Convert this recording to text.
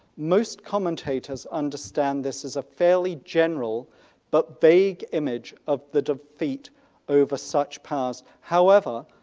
most commentators understand this is a fairly general but vague image of the defeat over such powers. however,